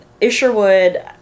Isherwood